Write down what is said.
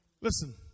Listen